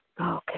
Okay